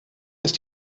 ist